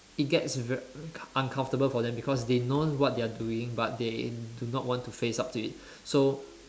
it gets very uncomfortable for them because they know what they are doing but they do not want to face up it so